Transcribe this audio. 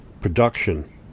production